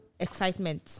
Excitement